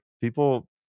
people